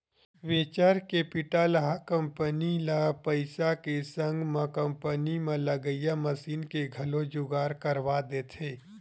venture capital ह company ल पइसा के संग म कंपनी म लगइया मसीन के घलो जुगाड़ करवा देथे